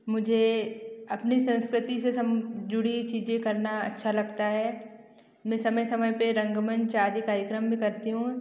मुझे अपनी संस्कृति से जुड़ी चीज़ें करना अच्छा लगता है मैं समय समय पे रंगमंचारी कार्यक्रम भी करती हूँ